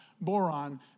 Boron